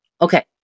okay